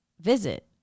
visit